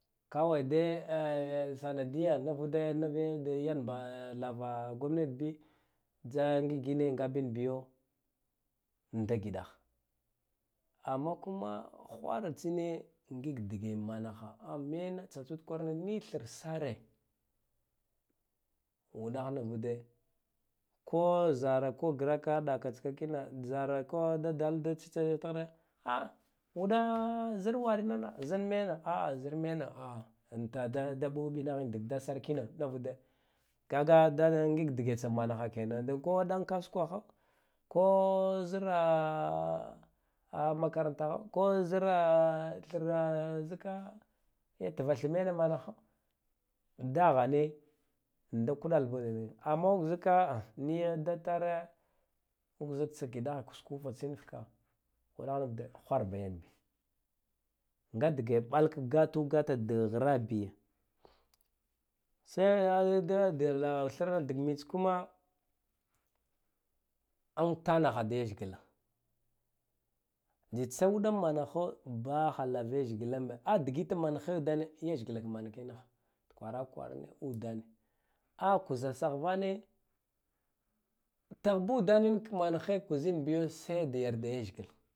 Kawai de a sanadiya nivude nuvu yan ba lava gomnet bi tsa ngigine nga bin biyo nda giɗa ha amma kuma hwara tsine ngig dige manaha ammena tsatsud kwarani ngig thra sare uɗah nuvude ko zara ko gra ka ɗaka tska kina zarako da dal da tsitsa yan tare uɗa zar warina zar mena a anta dra da ɓobin da dad sar kino nivude kaga da ngseg dage tsa manaha kena de ko ɗan kasukaho ko zara a a makarantaho ko zra thra zkka ya thath mena bala ha dahane ndakuɗala bi amma zkka niyo dadtare un zuk tia giɗaha tuk ufa tsintka ngaude hwarba yan bi nga dige ɓalak gatugata da hra bi saiya yude da thre dag mits kuma unta naha da teshgla tsitsa uɗa mana ho daha lav leshglanbe a digite mana he udane leshghla manake ri ha mat kwarsh kwarane udan a kuza tsahvane tagbudan mane kuza biyo sai da yarda leshgla